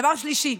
דבר שלישי,